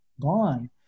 gone